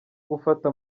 gufata